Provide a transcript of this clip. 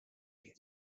get